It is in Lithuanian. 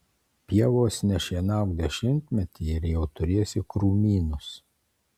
pievos nešienauk dešimtmetį ir jau turėsi krūmynus